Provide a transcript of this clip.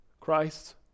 Christ